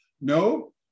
No